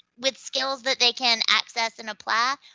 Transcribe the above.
with skills that they can access and apply,